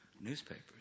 Newspapers